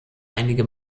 einige